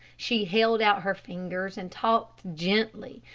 she held out her fingers and talked gently,